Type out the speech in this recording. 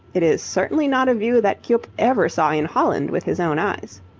it is certainly not a view that cuyp ever saw in holland with his own eyes.